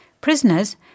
Prisoners